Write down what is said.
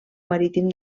marítim